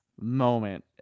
moment